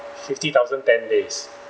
fifty thousand ten days